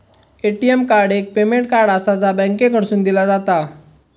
ATM card एक payment card आसा, जा बँकेकडसून दिला जाता